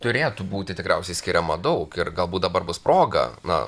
turėtų būti tikriausiai skiriama daug ir galbūt dabar bus proga na